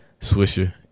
Swisher